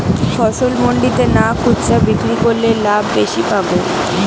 ফসল মন্ডিতে না খুচরা বিক্রি করলে লাভ বেশি পাব?